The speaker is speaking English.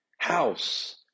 House